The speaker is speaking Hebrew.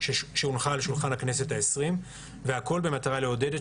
שהונחה על שולחן הכנסת ה-20 והכל כדי לעודד את